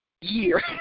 year